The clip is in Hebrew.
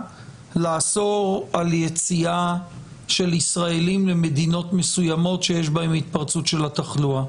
לאסור על יציאה של ישראלים למדינות מסוימות שיש בהן התפרצות של התחלואה?